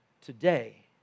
Today